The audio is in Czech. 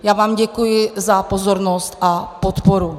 Já vám děkuji za pozornost a podporu.